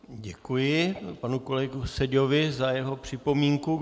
Děkuji panu kolegovi Seďovi za jeho připomínku.